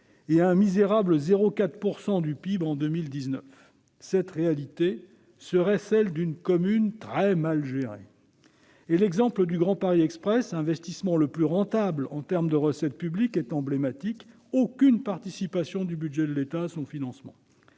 à un misérable 0,4 % du PIB en 2019. Cette réalité serait celle d'une commune très mal gérée ! L'exemple du Grand Paris Express, investissement le plus rentable en termes de recettes publiques, est emblématique : il n'y a aucune participation du budget de l'État à son financement.